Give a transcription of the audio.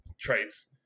traits